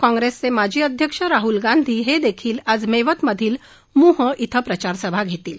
काँग्रेसचे माजी अध्यक्ष राहूल गांधी हे देखील आज मेवत मधील मुह क्वे प्रचार सभा घेतील